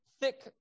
thick